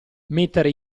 mettere